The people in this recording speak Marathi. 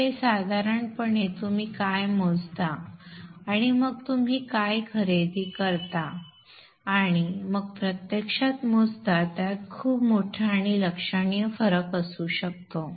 त्यामुळे साधारणपणे तुम्ही काय मोजता आणि मग तुम्ही काय खरेदी करता आणि मग प्रत्यक्षात मोजता त्यात खूप मोठा आणि लक्षणीय फरक असू शकतो